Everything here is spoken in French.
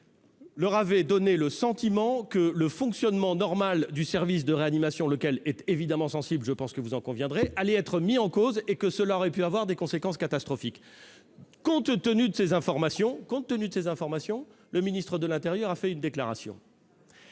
leur avait donné le sentiment que le fonctionnement normal du service de réanimation- lequel est évidemment sensible, je pense que vous en conviendrez -serait mis en cause ; cela aurait pu avoir des conséquences catastrophiques. Compte tenu de ces informations, le ministre de l'intérieur a fait une déclaration.